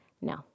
no